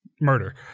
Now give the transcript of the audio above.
murder